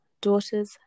daughters